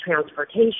transportation